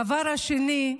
הדבר השני,